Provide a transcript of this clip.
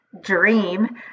dream